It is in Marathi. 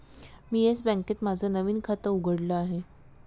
मी येस बँकेत माझं नवीन खातं उघडलं आहे